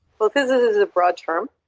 but physicists is a broad term.